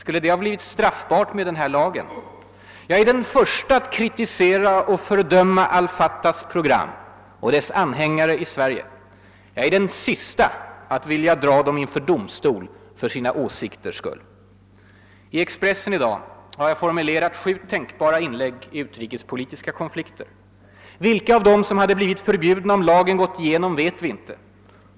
Hade det blivit straffbart med den här lagen? Det vet vi inte. Jag är den förste att kritisera och fördöma al Fatahs pro gram och dess anhängare i Sverige. Jag är den siste att vilja dra dem inför domstol för deras åsikters skull. I Expressen i dag har jag formulerat sju tänkbara inlägg i utrikespolitiska konflikter. Vilka av dem som hade blivit förbjudna om lagen gått igenom vet vi inte.